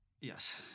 Yes